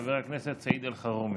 חבר הכנסת סעיד אלחרומי.